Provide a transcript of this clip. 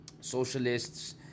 socialists